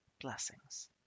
blessings